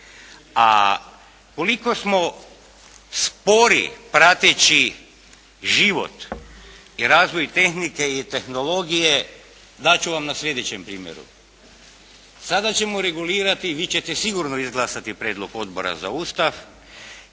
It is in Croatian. a koliko smo spori prateći život i razvoj tehnike i tehnologije dat ću vam na slijedećem primjeru. Sada ćemo regulirati i vi ćete sigurno izglasati prijedlog Odbora za Ustav